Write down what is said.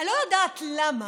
אני לא יודעת למה,